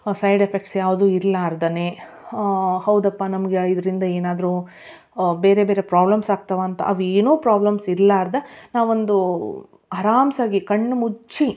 side effects ಯಾವುದೂ ಇರಲಾರ್ದನೇ ಹೌದಪ್ಪ ನಮಗೆ ಇದರಿಂದ ಏನಾದರೂ ಬೇರೆ ಬೇರೆ ಪ್ರಾಬ್ಲಮ್ಸ್ ಆಗ್ತಾವಂತ ಅವೇನು ಪ್ರಾಬ್ಲಮ್ಸ್ ಇರಲಾರ್ದ ನಾವೊಂದೂ ಅರಾಮಾಗಿ ಕಣ್ಣು ಮುಚ್ಚಿ